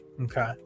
Okay